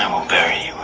um will bury